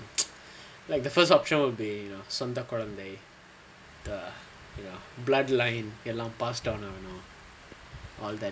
like the first option would be you know சொந்த குழந்தை:sontha kuzhanthai birth the bloodline you know passed on you know all that